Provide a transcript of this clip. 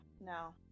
No